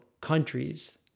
countries